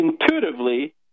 intuitively